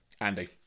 Andy